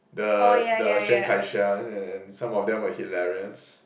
the the sheng-kai sia and and some of them were hilarious